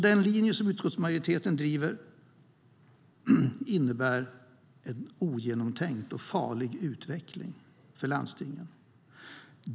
Den linje som utskottsmajoriteten driver innebär en ogenomtänkt och farlig utveckling för landstingen.